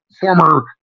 former